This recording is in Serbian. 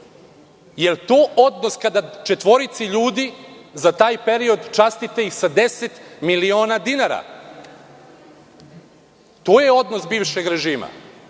je to odnos kada četvorici ljudi za taj period, častite ih sa 10 miliona dinara? To je odnos bivšeg režima,